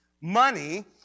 money